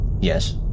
Yes